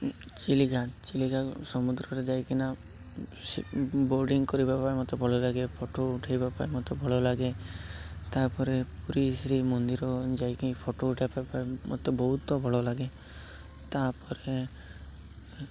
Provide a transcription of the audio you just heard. ଚିଲିକା ଚିଲିକା ସମୁଦ୍ରରେ ଯାଇକିନା ବୋର୍ଡ଼ିଂ କରିବା ପାଇଁ ମତେ ଭଲ ଲାଗେ ଫଟୋ ଉଠେଇବା ପାଇଁ ମତେ ଭଲ ଲାଗେ ତା'ପରେ ପୁରୀ ଶ୍ରୀ ମନ୍ଦିର ଯାଇକି ଫଟୋ ଉଠେଇବା ପାଇଁ ମତେ ବହୁତ ଭଲ ଲାଗେ ତା'ପରେ